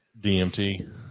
DMT